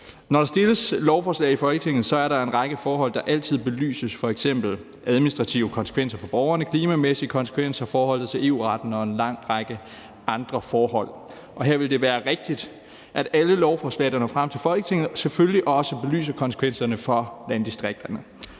Når der fremsættes lovforslag i Folketinget, er der en række forhold, der altid belyses, f.eks. de administrative konsekvenser for borgerne, de klimamæssige konsekvenser, forholdet til EU-retten og en lang række andre forhold, og her vil det selvfølgelig også være rigtigt, at man i alle lovforslag, der når frem til Folketinget, belyser konsekvenserne for landdistrikterne,